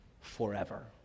forever